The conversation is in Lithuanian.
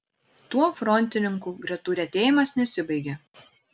tuo frontininkų gretų retėjimas nesibaigia